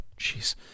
Jeez